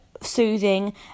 soothing